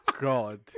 God